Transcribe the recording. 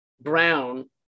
Brown